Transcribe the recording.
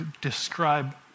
describe